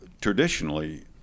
traditionally